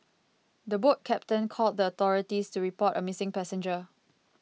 the boat captain called the authorities to report a missing passenger